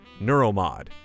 Neuromod